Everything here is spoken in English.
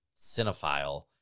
cinephile